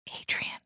Adrian